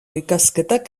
ikasketak